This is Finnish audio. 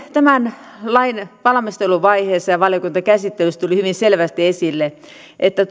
tämän lain valmisteluvaiheessa ja valiokuntakäsittelyssä tuli hyvin selvästi esille että